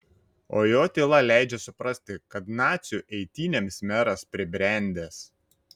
o jo tyla leidžia suprasti kad nacių eitynėms meras pribrendęs